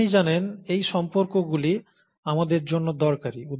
আপনি জানেন এই সম্পর্কগুলি আমাদের জন্য দরকারী